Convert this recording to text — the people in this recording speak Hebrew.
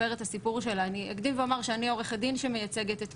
וזו דוגמא לכך שגם החוקים הקיימים,